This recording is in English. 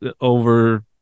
over